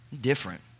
Different